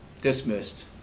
dismissed